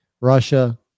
russia